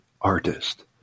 artist